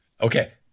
Okay